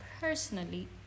personally